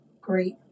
great